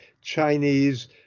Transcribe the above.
Chinese